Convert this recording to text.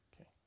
Okay